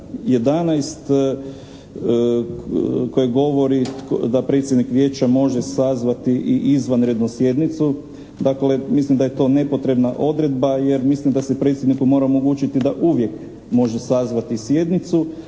11. koji govori da predsjednik vijeća može sazvati i izvanrednu sjednicu. Mislim da je to nepotrebna odredba jer mislim da se predsjedniku mora omogućiti da uvijek može sazvati sjednicu